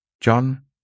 John